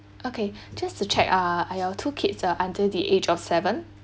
okay just to check uh are your two kids uh under the age of seven